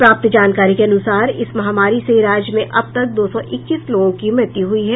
प्राप्त जानकारी के अनुसार इस महामारी से राज्य में अब तक दो सौ इक्कीस लोगों की मृत्यु हुई है